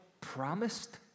promised